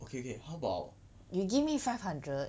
you give me five hundred